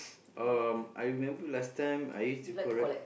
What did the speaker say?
um I remember last time I used to collect